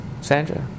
Sandra